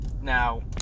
now